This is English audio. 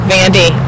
Vandy